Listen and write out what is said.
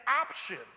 option